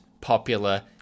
popular